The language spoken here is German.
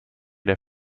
der